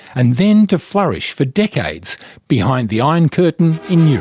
and then to flourish for decades behind the iron curtain in yeah